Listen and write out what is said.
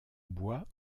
bois